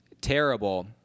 terrible